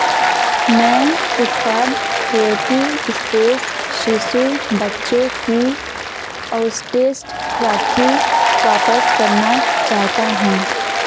मैं उत्पाद creative space शिशु बच्चों की असोस्टेड राखी वापस करना चाहता हूँ